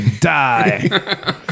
die